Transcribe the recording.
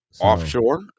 offshore